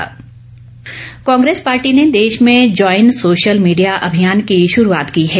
Congress Congress party ने देश में ज्वाईन सोशल मीडिया अभियान की शुरूआत की है